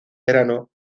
verano